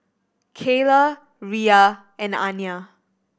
Kaylah Riya and Aniyah